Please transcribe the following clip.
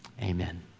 amen